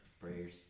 Prayers